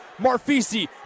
Marfisi